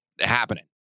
happening